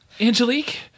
Angelique